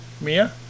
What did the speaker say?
Mia